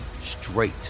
straight